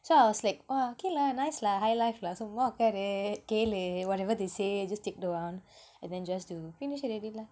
so I was like !wah! okay lah nice lah high life lah so !wah! உக்காரு கேளு:ukkaaru kaelu whatever they say just take note down and then just do finish already lah